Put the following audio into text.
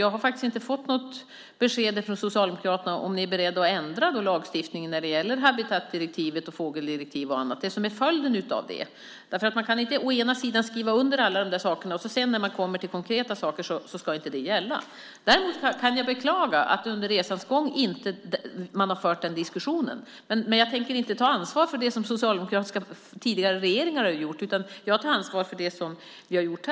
Jag har inte fått något besked från Socialdemokraterna om ni är beredda att ändra lagstiftningen när det gäller habitatdirektivet, fågeldirektiv och annat, det som är följden av det. Man kan inte skriva under allt detta för att när man kommer till konkreta saker säga att det inte ska gälla. Däremot kan jag beklaga att man under resans gång inte har fört den diskussionen. Men jag tänker inte ta ansvar för det som socialdemokratiska tidigare regeringar har gjort, utan jag tar ansvar för det som vi har gjort.